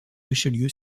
richelieu